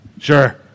Sure